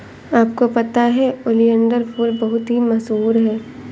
आपको पता है ओलियंडर फूल बहुत ही मशहूर है